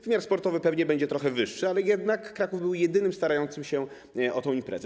Wymiar sportowy pewnie będzie trochę większy, ale jednak Kraków był jedynym starającym się o tę imprezę.